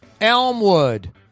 Elmwood